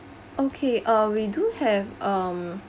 okay uh we do have um